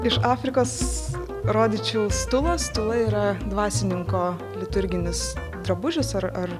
iš afrikos rodyčiau stulą stula yra dvasininko liturginis drabužis ar ar